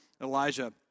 Elijah